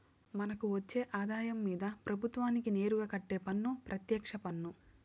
మనకు వచ్చే ఆదాయం మీద ప్రభుత్వానికి నేరుగా కట్టే పన్ను పెత్యక్ష పన్ను